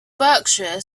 berkshire